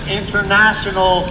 international